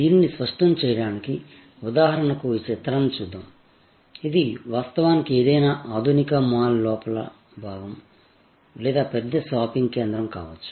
దీనిని స్పష్టం చేయడానికి ఉదాహరణకు ఈ చిత్రాన్ని చూద్దాం ఇది వాస్తవానికి ఏదైనా ఆధునిక మాల్ లోపలి భాగం లేదా పెద్ద షాపింగ్ కేంద్రం కావచ్చు